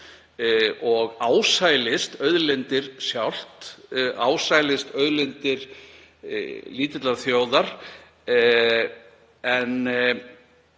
og ásælist auðlindir sjálft, ásælist auðlindir lítillar þjóðar.